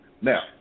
Now